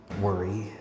worry